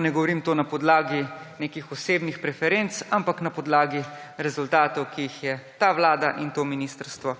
Ne govorim tega na podlagi nekih osebnih preferenc, ampak na podlagi rezultatov, ki jih je ta vlada in to ministrstvo